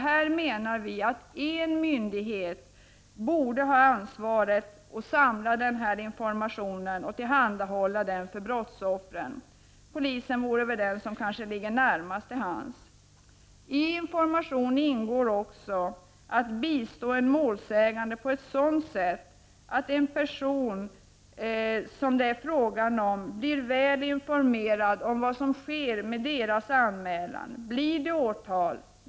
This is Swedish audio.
Här menar vi att en myndighet borde ha ansvaret, samla den här informationen och tillhanda hålla den för brottsoffren. Polisen vore kanske den myndighet som ligger närmast till hands. I informationen ingår också att bistå en målsägande på sådant sätt att den person som det är fråga om blir väl informerad om vad som sker med hans eller hennes anmälan. Blir det åtal?